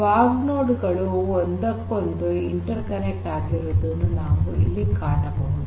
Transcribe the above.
fog ನೋಡ್ ಗಳು ಒಂದಕ್ಕೊಂದು ಇಂಟೆರ್ ಕನೆಕ್ಟ್ ಆಗಿರುವುದನ್ನು ನಾವು ಇಲ್ಲಿ ಕಾಣಬಹುದು